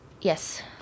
Yes